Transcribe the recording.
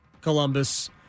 Columbus